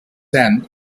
end